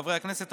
חברי הכנסת,